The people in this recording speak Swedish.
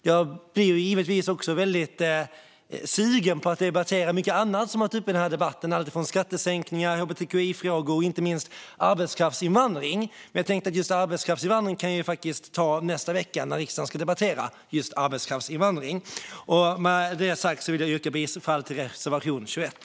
Jag blir givetvis väldigt sugen på att debattera mycket annat som har varit uppe i denna debatt, alltifrån skattesänkningar till hbtqi-frågor och inte minst arbetskraftsinvandring. Men just arbetskraftsinvandring kan jag faktiskt ta nästa vecka när riksdagen ska debattera just arbetskraftsinvandring. Med detta sagt vill jag yrka bifall till reservation 21.